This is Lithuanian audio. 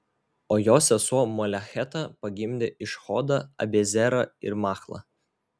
o jo sesuo molecheta pagimdė išhodą abiezerą ir machlą